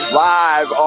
live